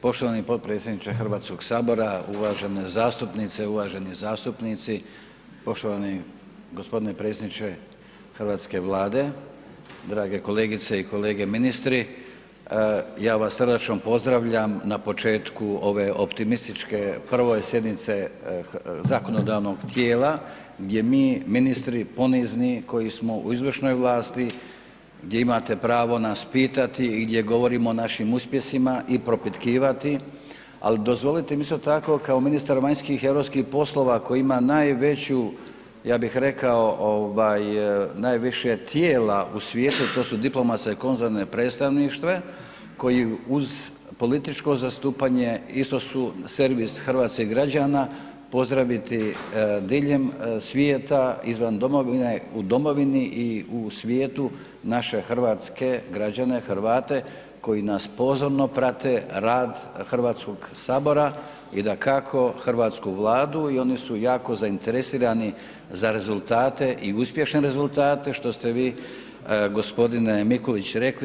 Poštovani potpredsjedniče Hrvatskog sabora, uvažene zastupnice, uvaženi zastupnici, poštovani gospodine predsjedniče Hrvatske vlade, drage kolegice i kolege ministri ja vas srdačno pozdravljam na početku ove optimističke prve sjednice zakonodavnog tijela, gdje mi ministri ponizni koji smo u izvršnoj vlasti gdje imate pravo nas pitati i gdje govorimo o našim uspjesima i propitkivati, al dozvolite mi isto tako kao ministar vanjskih i europskih poslova koji ima najveću ja bih rekao ovaj najviše tijela u svijetu, a to su diplomatska i konzularna predstavništva, koji uz političko zastupanje isto su servis hrvatskih građana, pozdraviti diljem svijeta izvan domovine, u domovini i u svijetu naše hrvatske građane Hrvate koji nas pozorno prate, rad Hrvatskog sabora i dakako Hrvatsku vladu i oni su jako zainteresirani za rezultate i uspješne rezultate što ste vi gospodine Mikulić rekli.